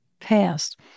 past